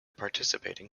participating